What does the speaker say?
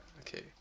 Okay